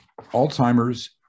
Alzheimer's